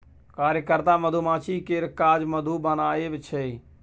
कार्यकर्ता मधुमाछी केर काज मधु बनाएब छै